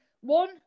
one